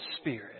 spirit